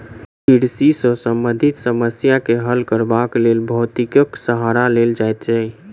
कृषि सॅ संबंधित समस्या के हल करबाक लेल भौतिकीक सहारा लेल जाइत छै